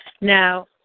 Now